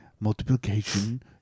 Multiplication